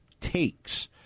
takes